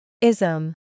Ism